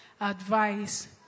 advice